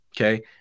Okay